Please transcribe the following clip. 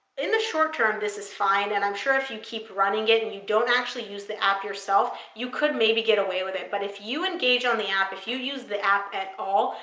in the short term, this is fine, and i'm sure if you keep running it and you don't actually use the app yourself, you could maybe get away with it, but if you engage on the app, if you use the app at all,